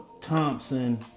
Thompson